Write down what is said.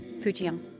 Fujian